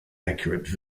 accurate